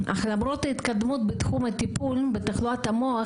אך למרות ההתקדמות בתחום הטיפול בתחלואת המוח,